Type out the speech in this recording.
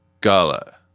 gala